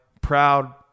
Proud